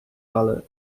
colour